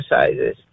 exercises